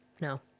no